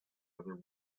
other